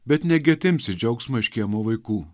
bet negi atimsi džiaugsmą iš kiemo vaikų